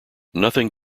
nothing